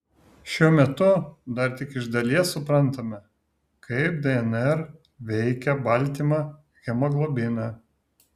šiuo metu dar tik iš dalies suprantame kaip dnr veikia baltymą hemoglobiną